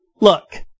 Look